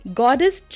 goddess